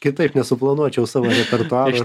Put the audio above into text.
kitaip nesuplanuočiau savo repertuaro